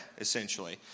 essentially